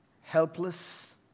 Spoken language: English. helpless